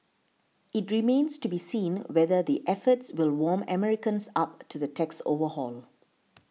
it remains to be seen whether the efforts will warm Americans up to the tax overhaul